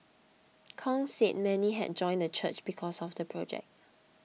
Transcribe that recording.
Kong said many had joined the church because of the project